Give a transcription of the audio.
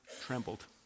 trembled